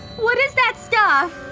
what is that stuff?